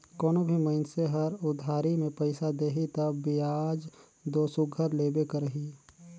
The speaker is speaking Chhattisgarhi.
कोनो भी मइनसे हर उधारी में पइसा देही तब बियाज दो सुग्घर लेबे करही